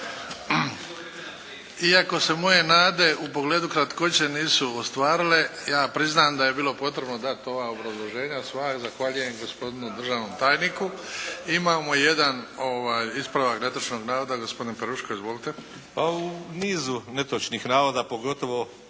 Iako su moje nade u pogledu kratkoće nisu ostvarile ja priznam da je bilo potrebno dat ova obrazloženja sva i zahvaljujem gospodinu državnom tajniku. Imamo jedan ispravak netočnog navoda. Gospodin Peruško izvolite! **Peruško, Anton